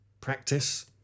practice